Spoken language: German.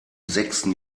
sechsten